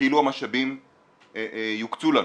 כאילו המשאבים יוקצו לנו.